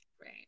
right